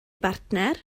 bartner